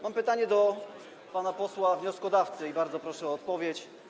Mam pytanie do pana posła wnioskodawcy i bardzo proszę o odpowiedź.